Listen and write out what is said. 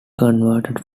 converted